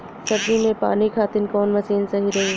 सब्जी में पानी खातिन कवन मशीन सही रही?